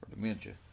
dementia